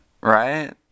right